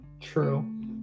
true